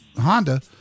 Honda